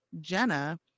Jenna